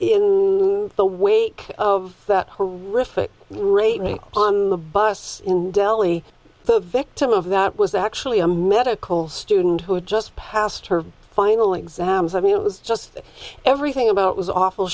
in the wake of that her reflect rape on the bus in delhi the victim of that was actually a medical student who had just passed her final exams i mean it was just everything about it was awful